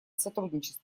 сотрудничества